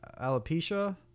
Alopecia